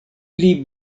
pli